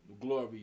Glory